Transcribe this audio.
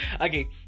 Okay